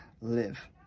live